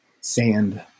sand